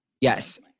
Yes